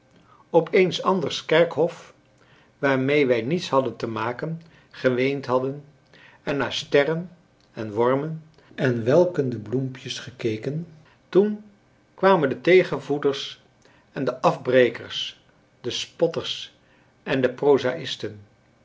op eens anders kerkhof waarmee wij niets hadden te maken geweend hadden en naar sterren en wormen en welkende bloempjes gekeken toen kwamen de tegenvoeters en de afbrekers de spotters en de